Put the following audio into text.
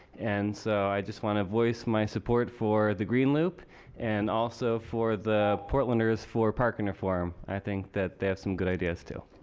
and so i just want to voice my support for the green loop and also for the portlanders for parking reform. i think they have some good ideas too.